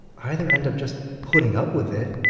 either end up just putting up with it,